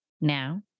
Now